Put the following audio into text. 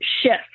shift